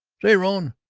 say, rone,